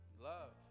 love